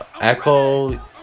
Echo